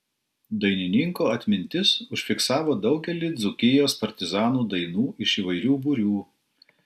dainininko atmintis užfiksavo daugelį dzūkijos partizanų dainų iš įvairių būrių